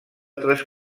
tres